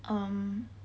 um